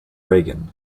reagan